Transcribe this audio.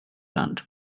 land